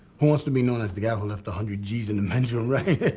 who wants to be known as the guy who left a hundred gs in the men's room, right? heh,